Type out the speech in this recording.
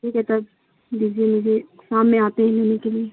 ٹھیک ہے تب دیجیے مجھے سام میں آتے ہیں ہونے کے لیے